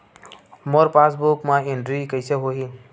मोर passbook मा entry कइसे होही?